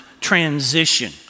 transition